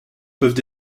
peuvent